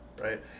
right